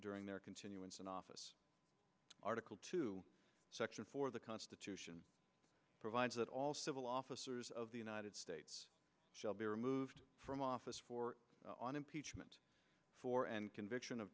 during their continuance in office article two section four the constitution provides that all civil officers of the united states shall be removed from office for on impeachment for and conviction of